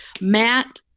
Matt